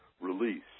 release